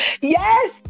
Yes